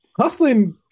hustling